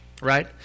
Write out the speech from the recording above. right